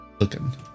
looking